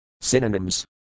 Synonyms